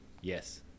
Yes